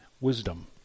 wisdom